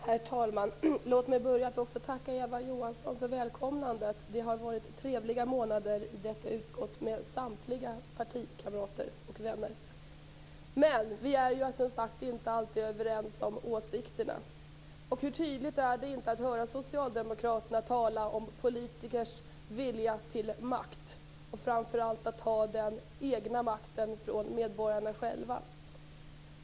Herr talman! Låt mig börja med att tacka Eva Johansson för välkomnandet. Det har varit trevliga månader i detta utskott med samtliga partikamrater och vänner. Men vi är som sagt inte alltid överens när det gäller åsikterna. Hur tydligt hör man inte socialdemokraterna tala om politikers vilja till makt, framför allt att ta ifrån medborgarna deras egen makt?